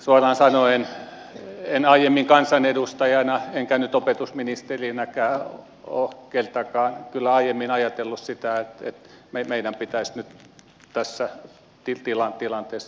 suoraan sanoen en aiemmin kansanedustajana enkä nyt opetusministerinäkään ole kertaakaan kyllä ajatellut sitä että meidän pitäisi nyt tässä tilat tilantees